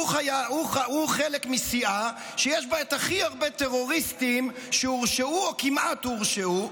הוא חלק מסיעה שיש בה הכי הרבה טרוריסטים שהורשעו או כמעט הורשעו,